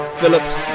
Phillips